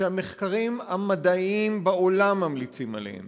שהמחקרים המדעיים בעולם ממליצים עליהם,